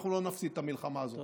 אנחנו לא נפסיד את המלחמה הזאת.